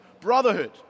brotherhood